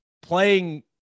Playing